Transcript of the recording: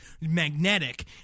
magnetic